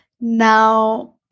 Now